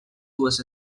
dues